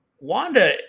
Wanda